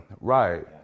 Right